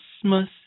Christmas